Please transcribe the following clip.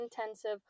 intensive